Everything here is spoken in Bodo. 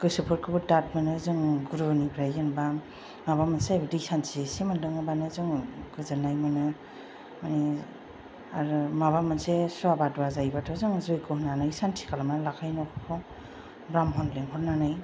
गोसोफोरखौबो दाथ मोनो जों गुरुनिफ्राय जेनेबा माबा मोनसे दै सान्थि एसे मोलोङोब्लानो जों गोजोननाय मोनो माने आरो माबा मोनसे सुवा बादुवा जायोब्लाथ' जों जग्य' होनानै सान्थि खालामनान लाखायो न'खौ ब्राह्मन लिंहरनानै